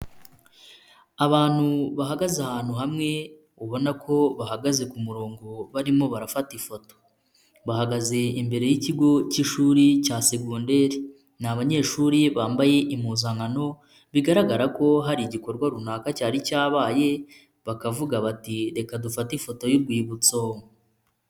Abantu bahagaze ahantu hamwe ubona ko bahagaze ku murongo barimo barafata ifoto, bahagaze imbere y'ikigo k'ishuri cya segonderi, ni abanyeshuri bambaye impuzankano bigaragara ko hari igikorwa runaka cyari cyabaye bakavuga bati reka dufate ifoto y'urwibutso.